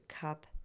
cup